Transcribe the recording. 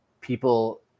people